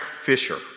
Fisher